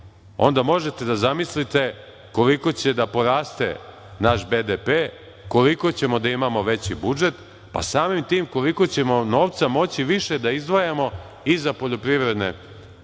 onda možete da zamislite koliko će da poraste naš BDP, koliko ćemo da imamo veći budžet, a samim tim koliko ćemo novca moći više da izdvajamo i za poljoprivredne